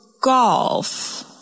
Golf